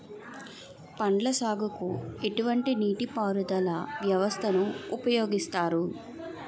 పండ్ల సాగుకు ఎటువంటి నీటి పారుదల వ్యవస్థను ఉపయోగిస్తారు?